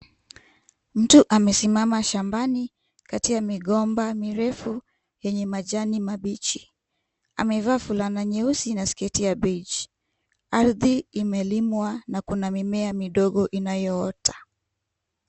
Mtu amesimama shambani kati ya migomba mirefu yenye majani mabichi. Amevaa fulana nyeusi na sketi ya beige . Ardhi imelimwa na kuna mimea midogo inayoota.